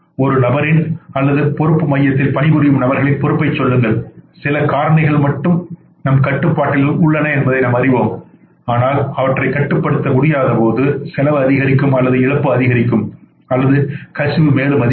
ஒரு நபரின் அல்லது அந்த பொறுப்பு மையத்தில் பணிபுரியும் நபர்களின் பொறுப்பைச் சொல்லுங்கள் சில காரணிகள் நம் கட்டுப்பாட்டில் உள்ளன என்பதை நாம் அறிவோம் ஆனால் அவற்றை கட்டுப்படுத்த முடியாத போது செலவு அதிகரிக்கும் அல்லது இழப்பு அதிகரிக்கும் அல்லது கசிவுமேலும் அதிகரிக்கும்